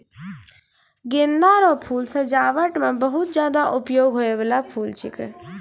गेंदा रो फूल सजाबट मे बहुत ज्यादा उपयोग होय बाला फूल छिकै